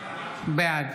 בעד